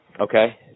Okay